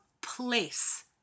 place